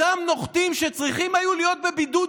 אותם נוחתים שצריכים היו להיות בבידוד,